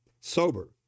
sober